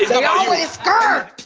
they always scurred!